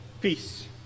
peace